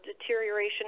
deterioration